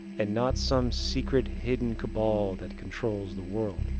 and not some secret hidden cabal that controls the world.